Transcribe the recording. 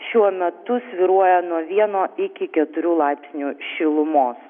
šiuo metu svyruoja nuo vieno iki keturių laipsnių šilumos